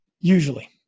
usually